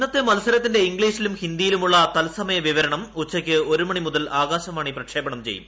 ഇന്നത്തെ മത്സരത്തിന്റെ ഇംഗ്ലീഷിലും ഹിന്ദിയിലുമുള്ള തത്സമയ വിവരണം ഉച്ചയ്ക്ക് ഒരു മണി മുതൽ ആകാശവാണി പ്രക്ഷേപണം ചെയ്യും